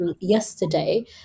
yesterday